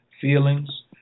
feelings